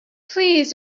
please